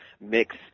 mix